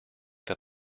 that